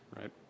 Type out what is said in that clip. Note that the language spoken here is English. right